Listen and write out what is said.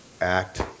act